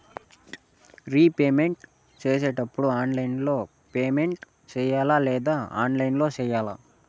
repayment సేసేటప్పుడు online లో payment సేయాలా లేదా ఆఫ్లైన్ లో సేయాలా